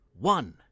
one